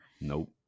Nope